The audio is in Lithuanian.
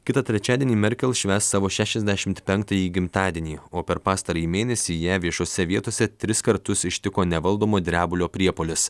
kitą trečiadienį merkel švęs savo šešiasdešimt penktąjį gimtadienį o per pastarąjį mėnesį ją viešose vietose tris kartus ištiko nevaldomo drebulio priepuolis